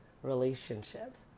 relationships